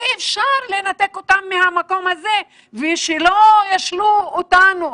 אי אפשר לנתק אותם מהמקום הזה ושלא ישלו אותנו,